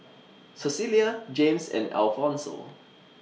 Cecilia Jaymes and Alfonso